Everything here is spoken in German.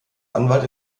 anwalt